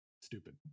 stupid